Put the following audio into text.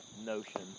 notion